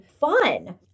fun